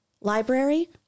library